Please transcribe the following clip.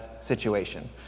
situation